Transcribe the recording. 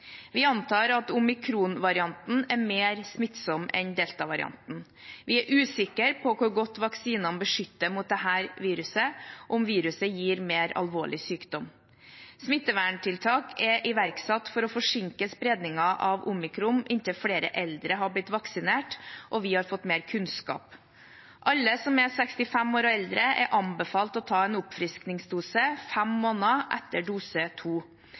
Vi antar at omikronvarianten er mer smittsom enn deltavarianten. Vi er usikre på hvor godt vaksinene beskytter mot dette viruset, og om viruset gir mer alvorlig sykdom. Smitteverntiltak er iverksatt for å forsinke spredningen av omikron inntil flere eldre har blitt vaksinert og vi har fått mer kunnskap. Alle som er 65 år og eldre, er anbefalt å ta en oppfriskingsdose fem måneder etter dose